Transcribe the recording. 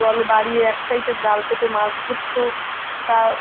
জলে বাড়িয়ে এক সাইডে জাল পেতে মাছ ধরতো তার